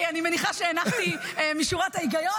אני מניחה שהנחתי משורת ההיגיון.